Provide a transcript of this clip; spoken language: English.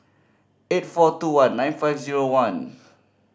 eight four two one nine five zero one